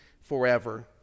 forever